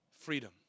freedom